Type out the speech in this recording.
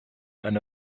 eine